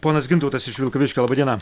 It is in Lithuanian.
ponas gintautas iš vilkaviškio laba diena